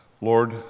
Lord